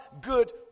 good